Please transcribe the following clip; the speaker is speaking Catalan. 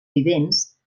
vivents